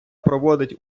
проводить